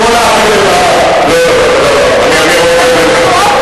זה באיזה מקום,